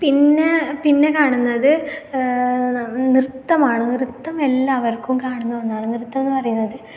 പിന്നെ പിന്നെ കാണുന്നത് നൃത്തമാണ് നൃത്തം എല്ലാവർക്കും കാണുന്ന ഒന്നാണ് നൃത്തം എന്ന് പറയുന്നത്